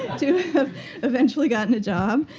to have eventually gotten a job.